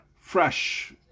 fresh